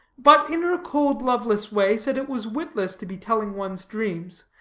but, in her cold loveless way, said it was witless to be telling one's dreams,